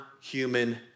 human